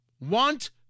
Want